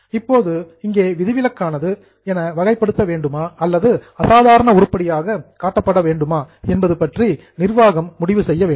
இப்போது இங்கே விதிவிலக்கானது என வகைப்படுத்தப்பட வேண்டுமா அல்லது அசாதாரண உருப்படியாக காட்டப்பட வேண்டுமா என்பது பற்றி மேனேஜ்மென்ட் நிர்வாகம் ஜட்ஜ்மெண்ட் முடிவு செய்ய வேண்டும்